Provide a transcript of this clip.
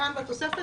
כאן בתוספת,